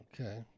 Okay